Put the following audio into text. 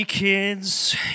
kids